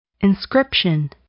Inscription